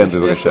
כן, בבקשה.